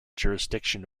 jurisdiction